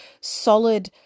solid